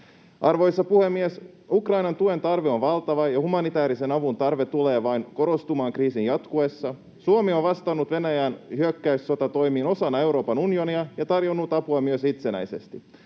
Arvoisa puhemies! Ukrainan tuen tarve on valtava, ja humanitäärisen avun tarve tulee vain korostumaan kriisin jatkuessa. Suomi on vastannut Venäjän hyökkäyssotatoimiin osana Euroopan unionia ja tarjonnut apua myös itsenäisesti.